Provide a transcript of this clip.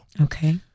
Okay